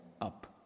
up